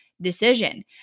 decision